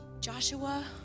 Joshua